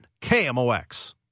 KMOX